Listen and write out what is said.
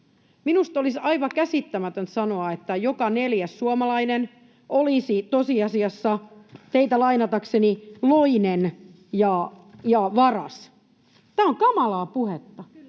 Minusta olisi aivan käsittämätöntä sanoa, että joka neljäs suomalainen olisi tosiasiassa — teitä lainatakseni — loinen ja varas. Tämä on kamalaa puhetta.